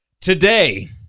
Today